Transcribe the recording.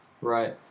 Right